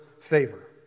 favor